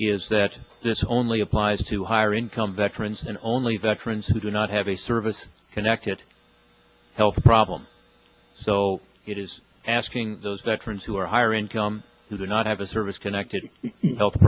is that this only applies to higher income veterans and only veterans who do not have a service connected health problem so it is asking those veterans who are higher income who do not have a service connected health